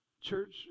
Church